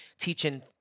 teaching